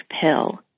pill